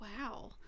wow